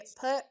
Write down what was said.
put